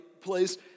place